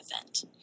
event